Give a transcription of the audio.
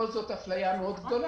זאת אפליה מאוד גדולה.